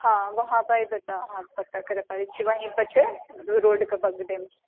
हाँ उहाँ पऽ एबै तहन पता करऽ पड़ैत छै ओहि पर छै रोड कऽ बगलेमे छै